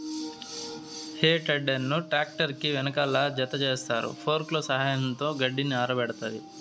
హే tedder ను tractor కి వెనకాల జతచేస్తారు, ఫోర్క్ల సహాయంతో గడ్డిని ఆరబెడతాది